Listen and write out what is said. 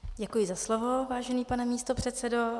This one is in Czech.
Děkuji za slovo, vážený pane místopředsedo.